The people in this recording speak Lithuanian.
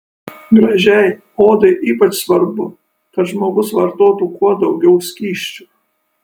gražiai odai ypač svarbu kad žmogus vartotų kuo daugiau skysčių